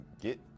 get